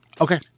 Okay